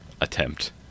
attempt